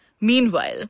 Meanwhile